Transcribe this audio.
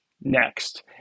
next